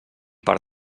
per